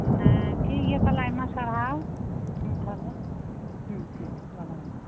ᱦᱮᱸ ᱴᱷᱤᱠ ᱜᱮᱭᱟ ᱛᱟᱞᱦᱮ ᱟᱭᱢᱟ ᱥᱟᱨᱦᱟᱣ ᱦᱮᱸ ᱛᱟᱞᱦᱮ ᱦᱮᱸ ᱦᱮᱸ ᱫᱚᱦᱚᱭᱮᱫᱟᱹᱧ